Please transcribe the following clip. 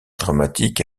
dramatique